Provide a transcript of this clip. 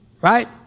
right